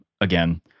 again